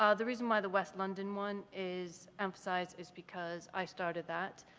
ah the reason why the west london one is emphasized is because i started that.